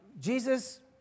Jesus